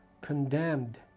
condemned